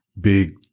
big